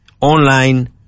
online